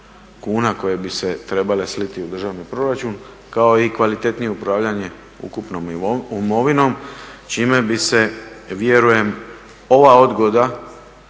koje bi se trebale sliti u državni proračun kao i kvalitetnije upravljanje ukupnom imovinom čime bi se vjerujem ova odgoda